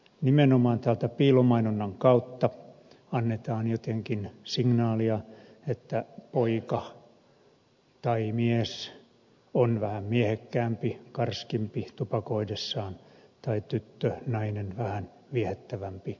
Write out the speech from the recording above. nimenomaan täältä piilomainonnan kautta annetaan jotenkin signaalia että poika tai mies on vähän miehekkäämpi karskimpi tupakoidessaan tai tyttö nainen vähän viehättävämpi tupakoidessaan